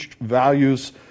values